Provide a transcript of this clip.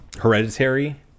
Hereditary